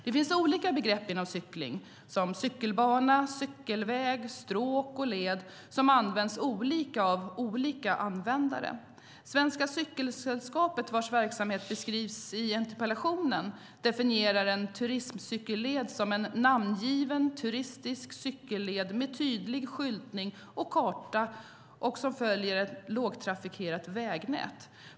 Det finns olika begrepp inom cykling, som cykelbana, cykelväg, stråk och led, som används olika av olika användare. Svenska Cykelsällskapet, vars verksamhet beskrivs i interpellationen, definierar en cykelturistled som en namngiven, turistisk cykelled med tydlig skyltning och karta och som följer ett lågtrafikerat vägnät.